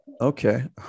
okay